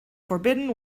forbidden